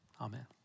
Amen